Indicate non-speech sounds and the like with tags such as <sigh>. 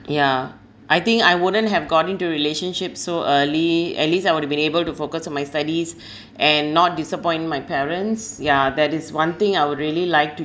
yeah I think I wouldn't have gone into relationship so early at least I would've been able to focus on my studies <breath> and not disappoint my parents ya that is one thing I would really like to